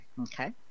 Okay